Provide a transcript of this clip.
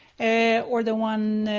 and or the one,